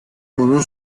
bunun